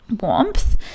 warmth